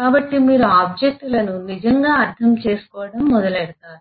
కాబట్టి మీరు ఆబ్జెక్ట్ లను నిజంగా అర్థం చేసుకోవడం మొదలుపెడతారు